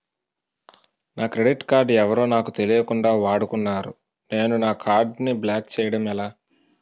నా credit card ఎవరో నాకు తెలియకుండా వాడుకున్నారు నేను నా కార్డ్ ని బ్లాక్ చేయడం ఎలా?